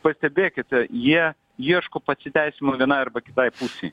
pastebėkite jie ieško pasiteisinimų vienai arba kitai pusei